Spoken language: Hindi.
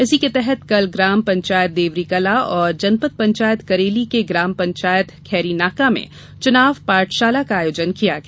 इसी के तहत कल ग्राम पंचायत देवरीकला और जनपद पंचायत करेली के ग्राम पंचायत खैरीनाका में चुनाव पाठशाला का आयोजन किया गया